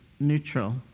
neutral